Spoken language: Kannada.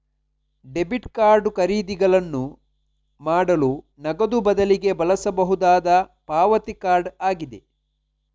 ಡೆಬಿಟ್ ಕಾರ್ಡು ಖರೀದಿಗಳನ್ನು ಮಾಡಲು ನಗದು ಬದಲಿಗೆ ಬಳಸಬಹುದಾದ ಪಾವತಿ ಕಾರ್ಡ್ ಆಗಿದೆ